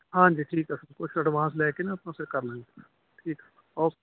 ਹਾਂਜੀ ਠੀਕ ਹੈ ਸਰ ਕੁਛ ਐਡਵਾਂਸ ਲੈ ਕੇ ਨਾ ਆਪਾਂ ਫਿਰ ਕਰ ਲਵਾਂਗੇ ਠੀਕ ਐ ਓਕੇ